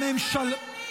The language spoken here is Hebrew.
אופוזיציה,